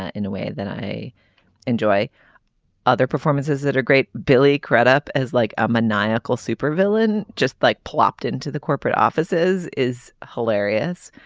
ah in a way that i enjoy other performances that are great. billy crudup is like a maniacal super villain just like plopped into the corporate offices is hilarious.